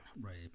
Right